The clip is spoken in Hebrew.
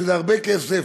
שזה הרבה כסף,